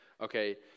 okay